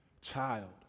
child